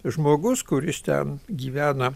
žmogus kuris ten gyvena